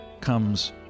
comes